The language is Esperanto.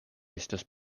estas